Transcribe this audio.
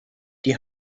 die